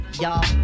y'all